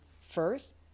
first